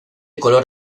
color